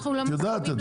את יודעת את זה.